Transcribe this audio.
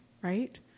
right